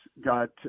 got